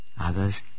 Others